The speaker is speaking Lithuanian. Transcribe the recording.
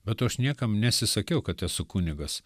be to aš niekam nesisakiau kad esu kunigas